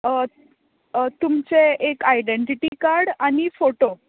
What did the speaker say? तुमचें एक identity card आनी फॉटो